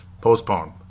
postponed